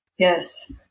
Yes